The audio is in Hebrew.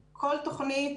ה-וות"ל?